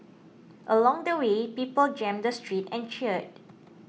along the way people jammed the streets and cheered